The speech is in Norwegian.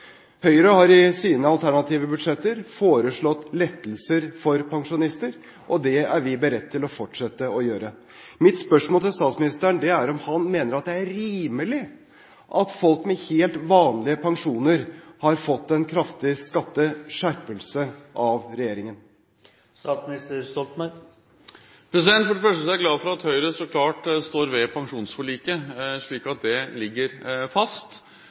Høyre har i sine alternative budsjetter foreslått lettelser for pensjonister, og det er vi beredt til å fortsette å gjøre. Mitt spørsmål til statsministeren er om han mener det er rimelig at folk med helt vanlige pensjoner har fått en kraftig skatteskjerpelse av regjeringen. For det første er jeg glad for at Høyre så klart står ved pensjonsforliket, slik at det ligger fast,